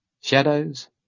Shadows